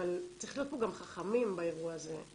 אבל צריך להיות פה גם חכמים באירוע הזה,